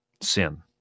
sin